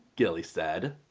gilly said.